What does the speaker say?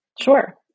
Sure